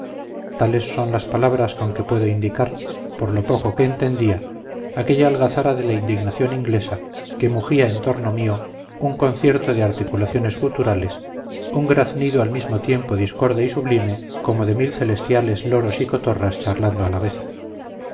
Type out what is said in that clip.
tales son las palabras con que puedo indicar por lo poco que entendía aquella algazara de la indignación inglesa que mugía en torno mío un concierto de articulaciones guturales un graznido al mismo tiempo discorde y sublime como de mil celestiales loros y cotorras charlando a la vez